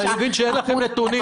אני מבין שיש לכם נתונים.